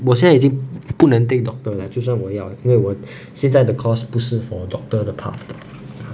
我现在已经不能 take doctor 了就算我要因为我现在的 course 不是 for doctor 的 cut